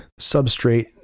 substrate